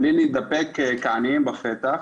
בלי להידפק כעניים בפתח.